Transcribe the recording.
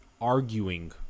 arguing